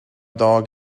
dog